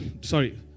sorry